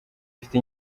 ufite